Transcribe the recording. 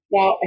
Now